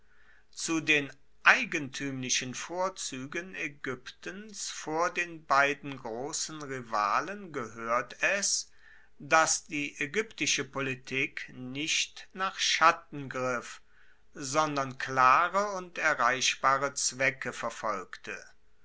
zu den eigentuemlichen vorzuegen aegyptens vor den beiden grossen rivalen gehoert es dass die aegyptische politik nicht nach schatten griff sondern klare und erreichbare zwecke verfolgte